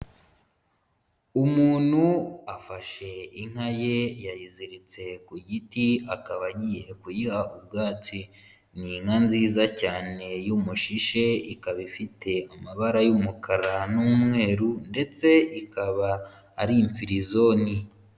Umuntu afashe inka ye yayiziritse ku giti akaba agiye kuyiha ubwatsi. Ni inka nziza cyane y'umushishe ikaba ifite amabara y'umukara n'umweru ndetse ikaba ari impfirizoni.